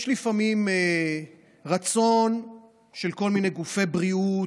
יש לפעמים רצון של כל מיני גופי בריאות